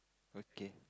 okay